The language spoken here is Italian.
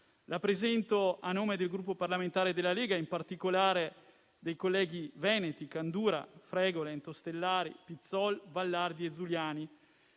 una questione a nome del Gruppo parlamentare della Lega, in particolare dei colleghi veneti Romeo, Candura, Fregolent, Ostellari, Pizzol, Vallardi, Zuliani